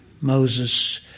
Moses